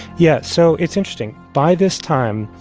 yeah. so it's interesting. by this time,